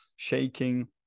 shaking